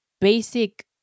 basic